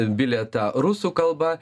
bilietą rusų kalba